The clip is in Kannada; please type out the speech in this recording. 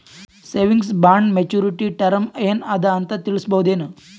ಸೇವಿಂಗ್ಸ್ ಬಾಂಡ ಮೆಚ್ಯೂರಿಟಿ ಟರಮ ಏನ ಅದ ಅಂತ ತಿಳಸಬಹುದೇನು?